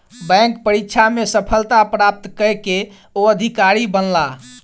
bank परीक्षा में सफलता प्राप्त कय के ओ अधिकारी बनला